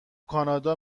کانادا